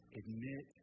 admit